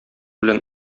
белән